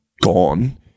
gone